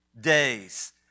days